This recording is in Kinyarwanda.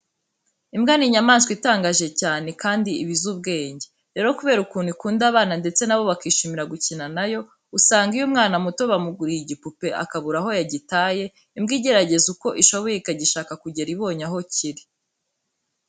Imbwa ni inyamaswa itangaje cyane kandi iba izi ubwenge. Rero kubera ukuntu ikunda abana ndetse na bo bakishimira gukina na yo, usanga iyo umwana muto bamuguriye igipupe akabura aho yagitaye, imbwa yo igerageza uko ishoboye ikagishaka kugera ibonye aho kiri.